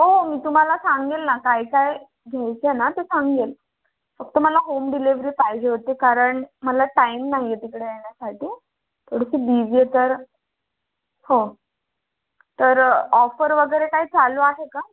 हो मी तुम्हाला सांगेल ना काय काय घ्यायचं ना ते सांगेल फक्त मला होम डिलेव्हरी पाहिजे होती कारण मला टाईम नाही आहे तिकडे येण्यासाठी थोडीशी बिझी आहे तर हो तर ऑफर वगैरे काय चालू आहे का